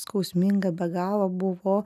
skausminga be galo buvo